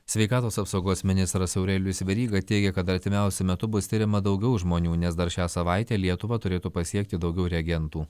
sveikatos apsaugos ministras aurelijus veryga teigė kad artimiausiu metu bus tiriama daugiau žmonių nes dar šią savaitę lietuvą turėtų pasiekti daugiau reagentų